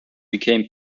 became